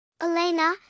Elena